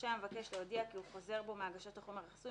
רשאי המבקש להודיע כי הוא חוזר בו מהגשת החומר החסוי,